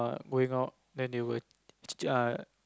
I'm going out anyway uh